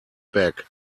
back